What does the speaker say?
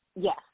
Yes